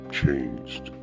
changed